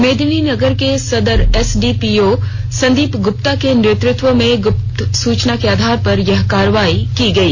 मेदिनीनगर के सदर एसडीपीओ संदीप गुप्ता के नेतृत्व में गुप्त सूचना के आधार पर यह कार्रवाई की गई